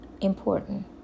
important